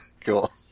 Cool